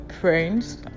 friends